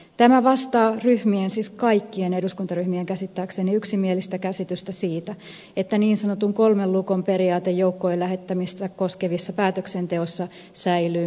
tämä käsittääkseni vastaa kaikkien eduskuntaryhmien yksimielistä käsitystä siitä että niin sanotun kolmen lukon periaate joukkojen lähettämistä koskevissa päätöksenteoissa säilyy nykyisellään